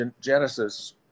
genesis